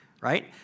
right